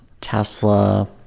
Tesla